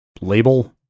label